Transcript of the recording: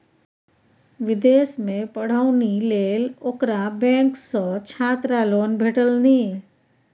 विदेशमे पढ़ौनी लेल ओकरा बैंक सँ छात्र लोन भेटलनि